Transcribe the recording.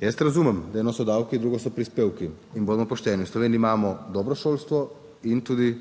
Jaz razumem, eno so davki, drugo so prispevki. In bodimo pošteni, v Sloveniji imamo dobro šolstvo in tudi